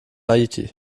haiti